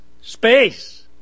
space